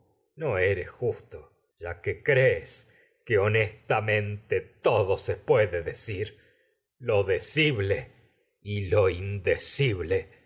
no justo ya que que honestamente todo pbíeo en colocó se púede decir lo decible me y lo indecible